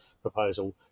Proposal